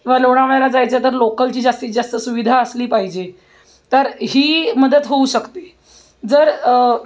वा लोणावळ्याला जायचं तर लोकलची जास्तीत जास्त सुविधा असली पाहिजे तर ही मदत होऊ शकते जर